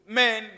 men